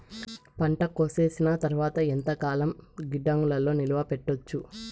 పంట కోసేసిన తర్వాత ఎంతకాలం గిడ్డంగులలో నిలువ పెట్టొచ్చు?